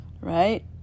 right